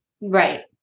Right